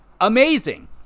amazing